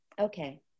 okay